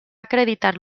acreditar